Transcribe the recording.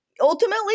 ultimately